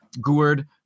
Gourd